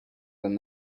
than